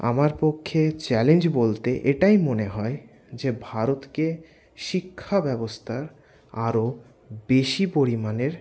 আমার পক্ষে চ্যালেঞ্জ বলতে এটাই মনে হয় যে ভারতকে শিক্ষাব্যবস্থার আরও বেশি পরিমাণের